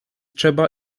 trzeba